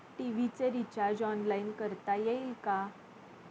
TV चे recharge online करता येईल का?